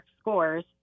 scores